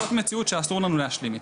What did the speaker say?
זאת מציאות שאסור לנו להשלים איתה.